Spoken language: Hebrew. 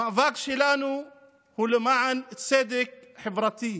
המאבק שלנו הוא למען צדק חברתי.